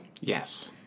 Yes